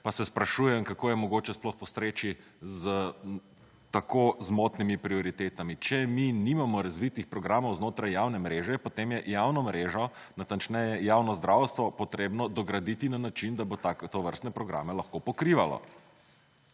pa se sprašujem, kako je mogoče sploh posreči z tako zmotnimi prioritetami. Če mi nimamo razvitih programov znotraj javne mreže, potem je javno mrežo, natančneje javno zdravstvo, potrebno dograditi na način, da bo tako(?) tovrstne programe lahko pokrivalo.